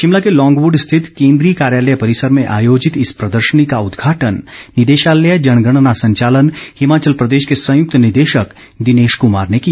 शिमला के लौंगवूड स्थित केन्द्रीय कार्यालय परिसर में आयोजित इस प्रदर्शनी का उदघाटन निदेशालय जनगणना संचालन हिमाचल प्रदेश के संयुक्त निदेशक दिनेश कुमार ने किया